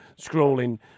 scrolling